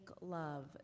love